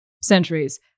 centuries